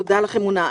תודה לך, אמונה.